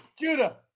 Judah